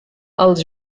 els